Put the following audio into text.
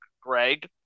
Greg